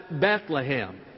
Bethlehem